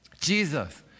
Jesus